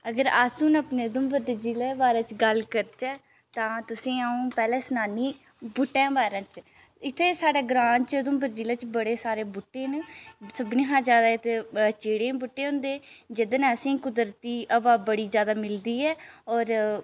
अगर अस हून अपने उधमपुर दे जिल़ा बारै च गल्ल करचै तां तुसेंगी अ'ऊं पैह्ले सनानी बूह्टें दे बारै च इत्थें साढ़े ग्रांऽ च उधमपुर जिले च बड़े सारे बूह्टे न सभनें शा ज्यादा ते चीड़े दे बूह्टे होंदे जेह्दे ने असेंगी कुदरती हवा बड़ी ज्यादा मिलदी ऐ होर